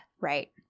Right